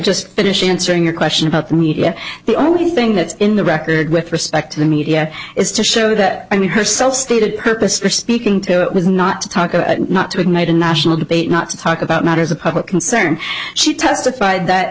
just finish answering your question about the media the only thing that's in the record with respect to the media is to show that i mean her self stated purpose for speaking to was not to talk a not to ignite a national debate not to talk about matters of public concern she testified that